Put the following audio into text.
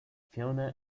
fiona